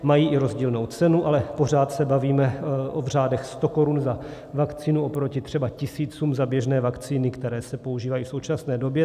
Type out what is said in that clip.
Mají i rozdílnou cenu, ale pořád se bavíme v řádech stokorun za vakcínu oproti třeba tisícům za běžné vakcíny, které se používají v současné době.